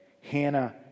Hannah